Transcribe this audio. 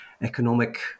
Economic